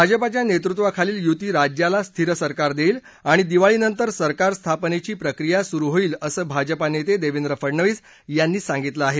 भाजपाच्या नेत्तृत्वाखालील युती राज्याला स्थिर सरकार देईल आणि दिवाळी नंतर सरकार स्थापनेची प्रक्रिया सुरू होईल असं भाजपा नेते देवेंद्र फडणवीस यांनी सांगितलं आहे